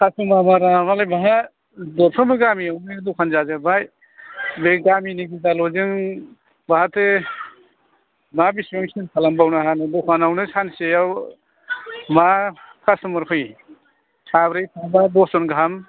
customer फोरामालाय बाहा दरफ्रोमबो गामियावनो दखान जाजोब्बाय बे गामिनि गोजाल'जों बाहाथो मा बिसिबां चेल खालामबावनो हानो दखानावनो सानसेयाव मा कास्टमार फैयो साब्रै साबा दस जन गाहाम